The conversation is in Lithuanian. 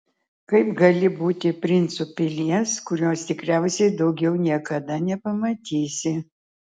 kaip gali būti princu pilies kurios tikriausiai daugiau niekada nepamatysi